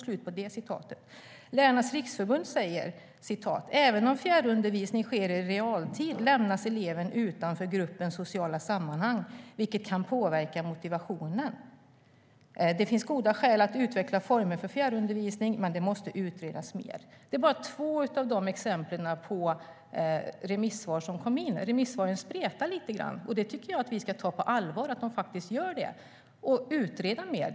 Lärarnas Riksförbund säger: Även om fjärrundervisning sker i realtid lämnas eleven utanför gruppens sociala sammanhang, vilket kan påverka motivationen. Det finns goda skäl för att utveckla former för fjärrundervisning. Men det måste utredas mer. Det är bara två av de exempel på remissvar som kom in. Remissvaren spretar lite grann. Att de gör det ska vi ta på allvar och utreda mer.